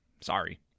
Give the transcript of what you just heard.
Sorry